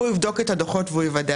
והוא יבדוק את הדוחות ויוודא.